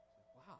Wow